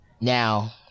Now